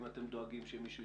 האם אתם דואגים שמישהו יסתכל?